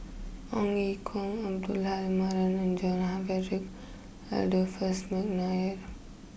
Ong Ye Kung Abdul Halim Haron and John Frederick Adolphus McNair